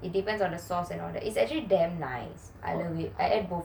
it depends on the sauce and all that it's actually damn nice I ate both already